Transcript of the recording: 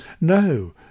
No